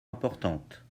importantes